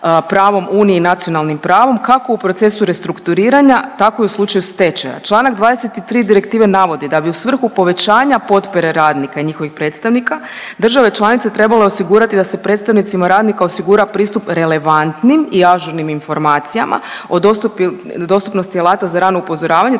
pravom Unije i nacionalnim pravom, kako u procesu restrukturiranja tako i u slučaju stečaja. Čl. 23. direktive navodi da bi u svrhu povećanja potpore radnika i njihovih predstavnika države članice trebale osigurati da se predstavnicima radnika osigura pristup relevantnim i ažurnim informacijama o dostupnosti alata za rano upozoravanje